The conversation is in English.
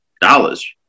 dollars